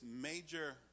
major